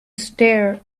stare